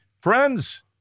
Friends